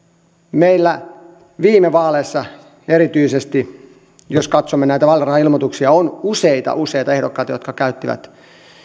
meillä viime vaaleissa erityisesti jos katsomme näitä vaalirahailmoituksia on useita useita ehdokkaita jotka käyttivät